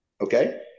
okay